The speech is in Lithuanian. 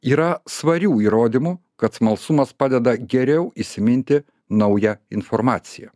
yra svarių įrodymų kad smalsumas padeda geriau įsiminti naują informaciją